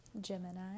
Gemini